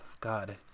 God